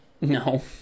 No